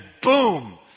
boom